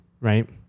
right